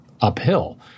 uphill